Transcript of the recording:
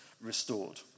restored